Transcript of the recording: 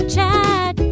Chat